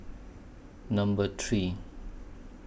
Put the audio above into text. Number three